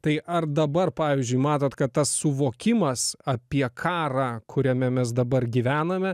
tai ar dabar pavyzdžiui matot kad tas suvokimas apie karą kuriame mes dabar gyvename